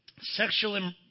Sexual